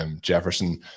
Jefferson